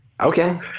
Okay